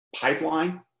pipeline